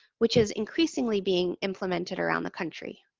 which is increasingly being implemented around the country,